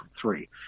three